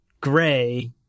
gray